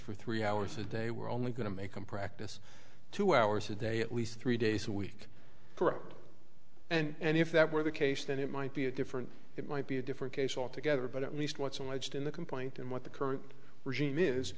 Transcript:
for three hours a day we're only going to make them practice two hours a day at least three days a week corrupt and if that were the case then it might be a different it might be a different case altogether but at least what's alleged in the complaint and what the current regime is